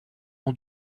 ont